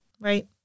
right